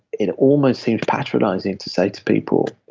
it almost seems patronizing to say to people,